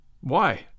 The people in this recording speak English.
Why